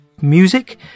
music